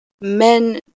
men